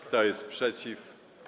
Kto jest przeciw?